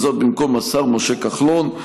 וזאת במקום השר משה כחלון,